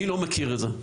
אני לא מכיר את זה.